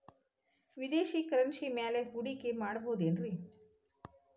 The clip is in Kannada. ವಿದೇಶಿ ಕರೆನ್ಸಿ ಮ್ಯಾಲೆ ಹೂಡಿಕೆ ಮಾಡಬಹುದೇನ್ರಿ?